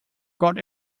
got